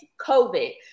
COVID